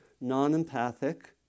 non-empathic